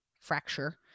fracture